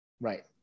Right